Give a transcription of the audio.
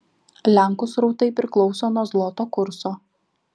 lenkų srautai priklauso nuo zloto kurso